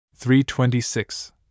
326